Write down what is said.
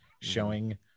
showing